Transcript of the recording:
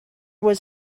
was